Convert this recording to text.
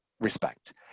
respect